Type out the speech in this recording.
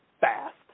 fast